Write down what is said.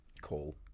call